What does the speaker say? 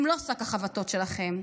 הם לא שק החבטות שלכם.